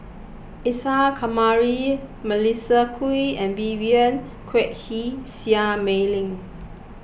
Isa Kamari Melissa Kwee and Vivien Quahe Seah Mei Lin